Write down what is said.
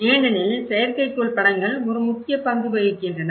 ஏனெனில் செயற்கைக்கோள் படங்கள் ஒரு முக்கிய பங்கு வகிக்கின்றன